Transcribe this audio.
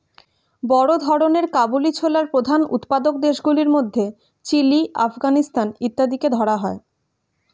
বড় ধরনের কাবুলি ছোলার প্রধান উৎপাদক দেশগুলির মধ্যে চিলি, আফগানিস্তান ইত্যাদিকে ধরা হয়